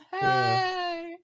Hey